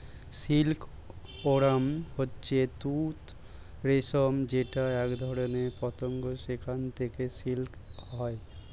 silk worm হচ্ছে তুত রেশম যেটা একধরনের পতঙ্গ যেখান থেকে সিল্ক হয়